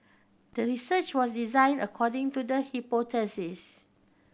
the research was designed according to the hypothesis